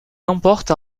l’emporte